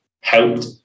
helped